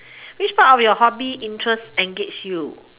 which part of your hobby interest engage you